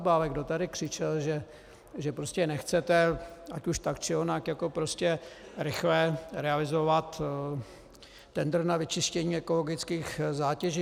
Ale kdo tady křičel, že prostě nechcete, ať už tak či onak, rychle realizovat tendr na vyčištění ekologických zátěží?